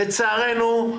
אבל לצערנו,